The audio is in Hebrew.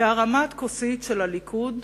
בהרמת כוסית של הליכוד,